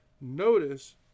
notice